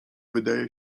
wydaje